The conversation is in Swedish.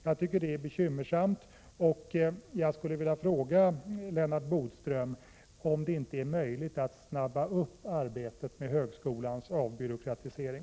Jag tycker att det är bekymmersamt, och jag skulle vilja fråga Lennart Bodström om det inte är möjligt att påskynda arbetet med högskolans avbyråkratisering.